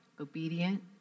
obedient